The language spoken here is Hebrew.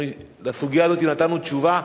לסוגיה הזאת נתנו תשובה,